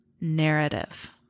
narrative